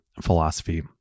philosophy